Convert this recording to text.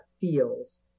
feels